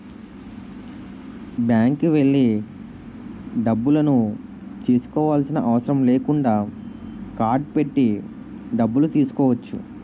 బ్యాంక్కి వెళ్లి డబ్బులను తీసుకోవాల్సిన అవసరం లేకుండా కార్డ్ పెట్టి డబ్బులు తీసుకోవచ్చు